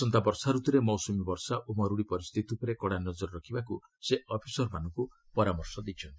ଆସନ୍ତା ବର୍ଷାରତୁରେ ମୌସୁମୀ ବର୍ଷା ଓ ମରୁଡ଼ି ପରିସ୍ଥିତି ଉପରେ କଡ଼ା ନଜର ରଖିବାକୁ ସେ ଅଫିସରମାନଙ୍କୁ ପରାମର୍ଶ ଦେଇଛନ୍ତି